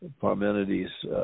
Parmenides